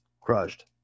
crushed